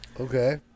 Okay